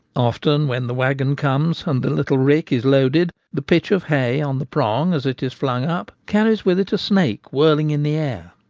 often when the waggon comes, and the little rick is loaded, the pitch of hay on the prong as it is flung up carries with it a snake whirling in the air.